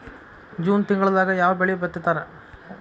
June ತಿಂಗಳದಾಗ ಯಾವ ಬೆಳಿ ಬಿತ್ತತಾರ?